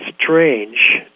strange